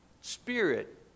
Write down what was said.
spirit